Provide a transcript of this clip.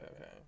okay